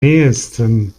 nähesten